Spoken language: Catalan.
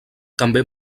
també